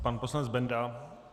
Pan poslanec Benda.